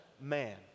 man